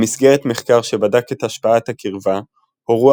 במסגרת מחקר שבדק את השפעת הקרבה הורו